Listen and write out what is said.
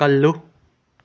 ꯀꯜꯂꯨ